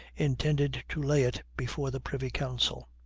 intended to lay it before the privy council.